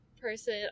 person